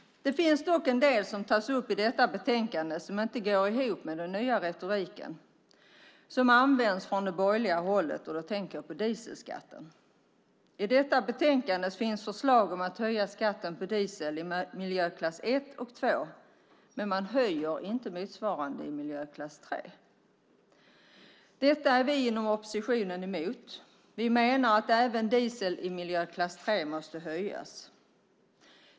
Det finns dock en del som tas upp i detta betänkande som inte går ihop med den nya retorik som används från det borgerliga hållet, och då tänker jag på dieselskatten. I detta betänkande finns förslag om att höja skatten för diesel i miljöklasserna 1 och 2, men man höjer inte motsvarande i miljöklass 3. Detta är vi i oppositionen emot. Vi menar att skatten på även diesel i miljöklass 3 måste höjas.